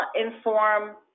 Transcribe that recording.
inform